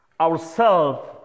ourself